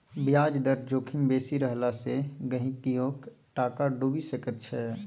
ब्याज दर जोखिम बेसी रहला सँ गहिंकीयोक टाका डुबि सकैत छै